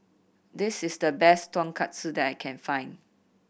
this is the best Tonkatsu that I can find